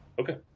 Okay